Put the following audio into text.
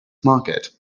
market